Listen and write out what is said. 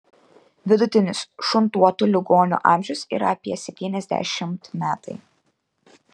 vidutinis šuntuotų ligonių amžius yra apie septyniasdešimt metai